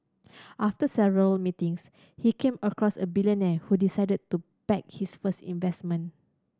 after several meetings he came across a billionaire who decided to back his first investment